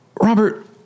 Robert